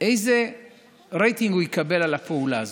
איזה רייטינג הוא יקבל על הפעולה הזאת,